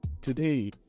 Today